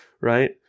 right